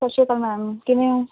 ਸਤਿ ਸ਼੍ਰੀ ਅਕਾਲ ਮੈਮ ਕਿਵੇਂ ਹੋ